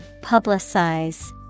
Publicize